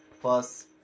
Plus